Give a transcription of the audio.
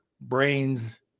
brains